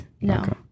no